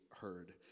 heard